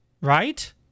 right